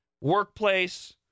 workplace